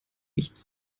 nichts